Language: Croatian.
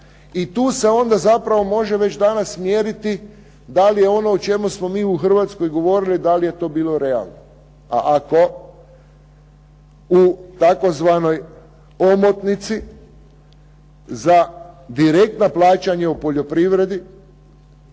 i tu se zapravo može već danas mjeriti da li ono o čemu smo mi u Hrvatskoj govorili da li je to bilo realno. A ako u tzv. Omotnici za direktna plaćanja u poljoprivredi,